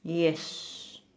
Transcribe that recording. yes